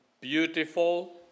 beautiful